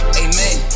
amen